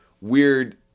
weird